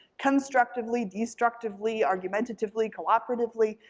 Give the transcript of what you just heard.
constructively, destructively, argumentatively, cooperatively,